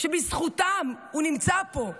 שבזכותם הוא נמצא פה,